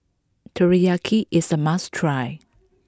Teriyaki is a must try